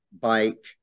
bike